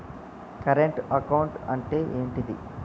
Current account అంటే ఏంటిది?